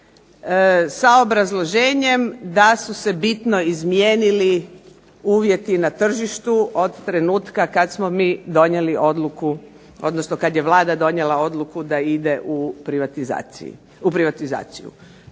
sa obrazloženjem da su se bitno izmijenili uvjeti na tržištu od trenutka kada smo mi donijeli odluku odnosno kada je Vlada donijela odluku da ide u privatizaciju,